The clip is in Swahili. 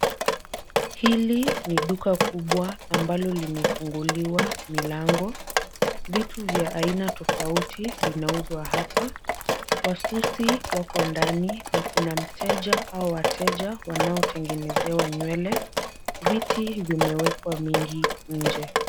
Hili ni duka kubwa ambalo limefunguliwa milango. Vitu vya aina tofauti vinauzwa hapa. Wasusi wako ndani na kuna mteja au wateja wanaotengenezewa nywele. Viti vimewekwa mingi nje.